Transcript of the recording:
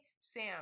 Sam